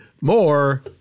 More